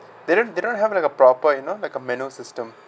they don't they don't have like a proper you know like a manual system